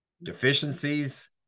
Deficiencies